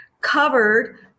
covered